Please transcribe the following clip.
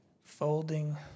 folding